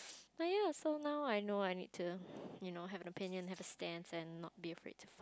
like ya so now I know I need to you know have an opinion have a stance and not be afraid to